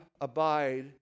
abide